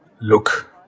Look